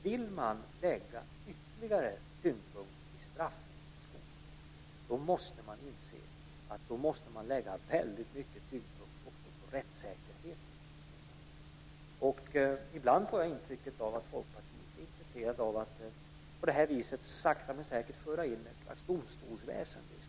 Vill man lägga ytterligare tyngdpunkt vid straff i skolan, måste man inse att då måste man lägga väldigt mycket tyngdpunkt också på rättssäkerheten i skolan. Ibland får jag intrycket att Folkpartiet är intresserat av att på det här viset sakta men säkert föra in ett slags domstolsväsende i skolan.